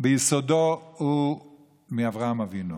ביסודו הוא מאברהם אבינו.